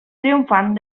triomfant